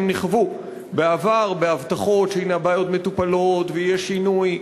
נכוו בעבר מהבטחות שהנה הבעיות מטופלות ויהיה שינוי.